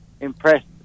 impressed